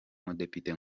mudepite